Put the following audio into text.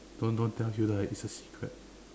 don't don't tell you lah it's a secret